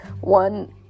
one